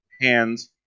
hands